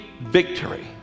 victory